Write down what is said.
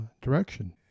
direction